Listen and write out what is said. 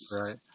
Right